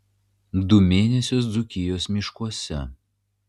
du mėnesius dzūkijos miškuose